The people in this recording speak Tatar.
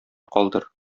калдыр